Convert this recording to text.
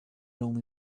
only